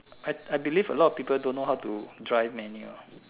I I believe a lot of people don't know how to drive manual